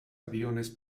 aviones